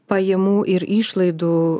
pajamų ir išlaidų